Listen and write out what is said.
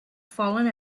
fallen